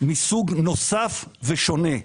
מסוג נוסף ושונה.